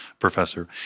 professor